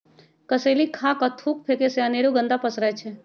कसेलि खा कऽ थूक फेके से अनेरो गंदा पसरै छै